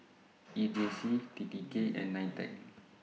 E J C T T K and NITEC